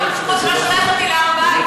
היום לפחות הוא לא שולח אותי להר-הבית.